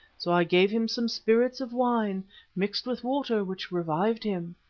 so i gave him some spirits of wine mixed with water which revived him.